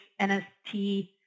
NST